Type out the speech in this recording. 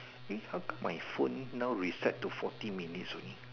eh how come my phone now reset to forty minutes only